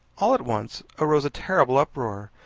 all at once arose a terrible uproar.